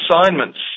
assignments